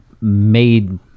made